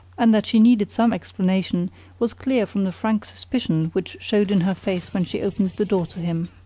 and that she needed some explanation was clear from the frank suspicion which showed in her face when she opened the door to him.